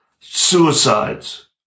suicides